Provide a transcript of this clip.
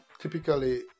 Typically